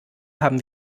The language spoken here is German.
haben